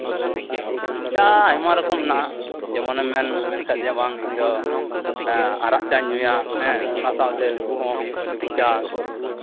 ᱪᱟ ᱟᱭᱢᱟ ᱨᱚᱠᱚᱢ ᱢᱮᱱᱟᱜᱼᱟ ᱡᱮᱢᱚᱱ ᱮᱢ ᱢᱮᱱ ᱢᱮᱱᱠᱷᱟᱱ ᱫᱚᱢ ᱵᱟᱝ ᱤᱧ ᱫᱚ ᱦᱮᱸ ᱟᱨᱟᱜ ᱪᱟᱧ ᱧᱩᱭᱟ ᱦᱮᱸ ᱚᱱᱟ ᱥᱟᱶᱛᱮ ᱞᱮᱵᱩ ᱦᱚᱸ ᱦᱩᱭᱩᱜᱼᱟ ᱞᱮᱵᱩ ᱪᱟ